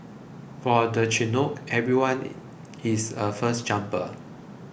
for the Chinook everyone is a first jumper